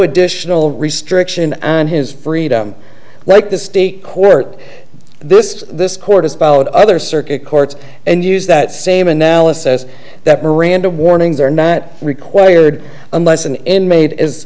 additional restriction on his freedom like the state court this this court has followed other circuit courts and use that same analysis that miranda warnings are not required unless an inmate is